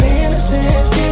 innocence